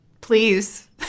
Please